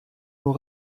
nur